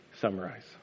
summarize